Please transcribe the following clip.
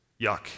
yuck